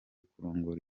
kurongora